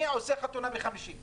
מי עושה חתונה עם 50 אנשים?